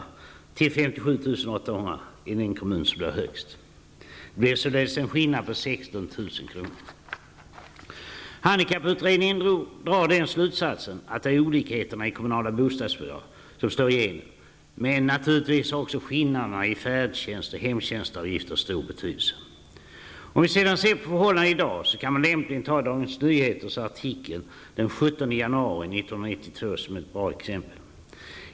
i den ena kommunen till 57 800 kr. i den kommun som låg högst. Det var således en skillnad på 16 000 kr. Handikapputredningen drog den slutsatsen att det är olikheterna i kommunala bostadsbidrag som slår igenom, men naturligtvis har också skillnaderna i färdtjänst och hemtjänstavgifter stor betydelse. Om man sedan skall se på förhållandena i dag, kan man lämpligen ta Dagens Nyhetens artikel den 17 januari 1992 som ett bra exempel.